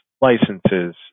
licenses